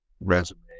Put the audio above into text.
resume